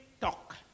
talk